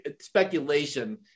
speculation